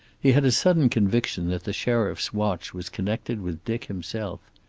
he had a sudden conviction that the sheriff's watch was connected with dick himself.